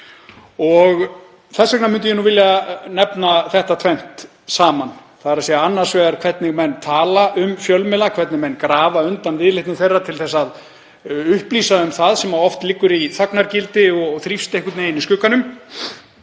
og þess vegna myndi ég vilja nefna þetta tvennt saman, þ.e. annars vegar hvernig menn tala um fjölmiðla, hvernig menn grafa undan viðleitni þeirra til að upplýsa um það sem oft liggur í þagnargildi og þrífst einhvern veginn í skugganum,